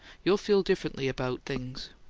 you'll feel differently about things.